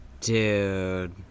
Dude